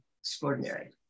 extraordinary